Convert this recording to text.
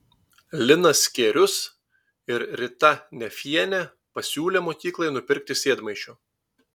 linas skierius ir rita nefienė pasiūlė mokyklai nupirkti sėdmaišių